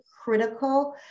critical